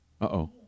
Uh-oh